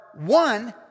one